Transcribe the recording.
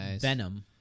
venom